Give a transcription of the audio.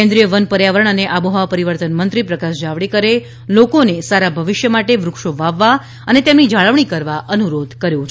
કેન્દ્રીય વન પર્યાવરન અને આબોહવા પરીવર્તન મંત્રી પ્રકાશ જાવડેકરે લોકોને સારા ભવિષ્ય માટે વૃક્ષો વાવવા અને તેમની જાળવણી કરવા અનુરોધ કર્યો છે